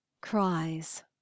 cries